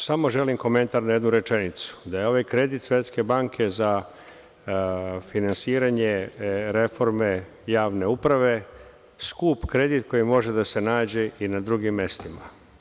Samo želim komentar na jednu rečenicu, da je ovaj kredit Svetske banke za finansiranje reforme javne uprave skup kredit koji može da se nađe i na drugim mestima.